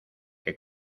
que